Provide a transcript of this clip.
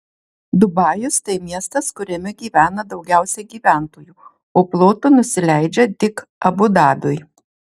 dubajus tai miestas kuriame gyvena daugiausiai gyventojų o plotu nusileidžia tik abu dabiui